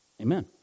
Amen